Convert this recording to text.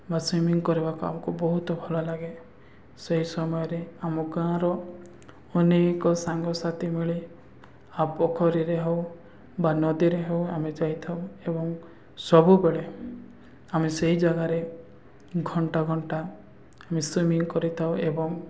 ବା ସୁଇମିଙ୍ଗ କରିବାକୁ ଆମକୁ ବହୁତ ଭଲ ଲାଗେ ସେହି ସମୟରେ ଆମ ଗାଁର ଅନେକ ସାଙ୍ଗସାଥି ମିଳେ ଆଉ ପୋଖରୀରେ ହଉ ବା ନଦୀରେ ହଉ ଆମେ ଯାଇଥାଉ ଏବଂ ସବୁବେଳେ ଆମେ ସେଇ ଜାଗାରେ ଘଣ୍ଟା ଘଣ୍ଟା ଆମେ ସୁଇମିଙ୍ଗ କରିଥାଉ ଏବଂ